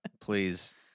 please